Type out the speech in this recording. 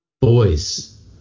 Boys